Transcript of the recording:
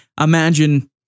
imagine